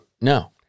no